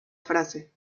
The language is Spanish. frase